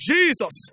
Jesus